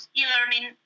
e-learning